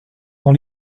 rend